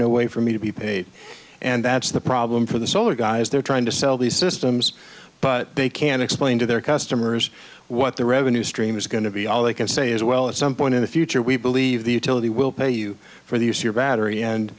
no way for me to be paid and that's the problem for the smaller guys they're trying to sell these systems but they can't explain to their customers what the revenue stream is going to be all they can say is well at some point in the future we believe the utility will pay you for the use your battery and